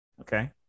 okay